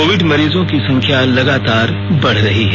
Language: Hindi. कोविड मरीजों की संख्या लगातार बढ़ रही है